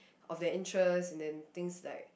of their interests and then things like